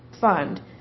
fund